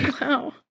Wow